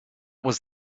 was